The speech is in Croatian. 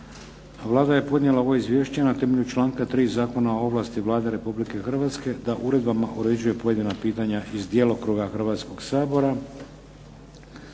Vlada je podnijela ovo izvješće na temelju članka 3. Zakona o ovlasti Vlade Republike Hrvatske da uredbama uređuje pojedina pitanja iz djelokruga Hrvatskoga sabora.